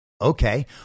Okay